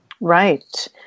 Right